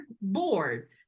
board